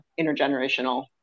intergenerational